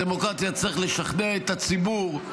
בדמוקרטיה צריך לשכנע את הציבור,